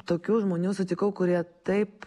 tokių žmonių sutikau kurie taip